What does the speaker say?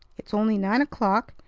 it's only nine o'clock,